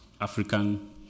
African